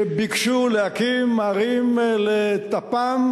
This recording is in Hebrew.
שביקשו להקים ערים לטפם